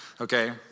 okay